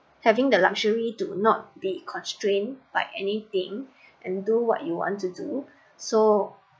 having the luxury do not be constrained by anything and do what you want to do so